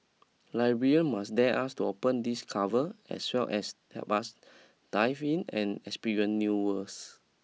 librarian must dare us to open these cover as well as help us dive in and experience new worlds